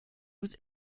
was